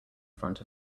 front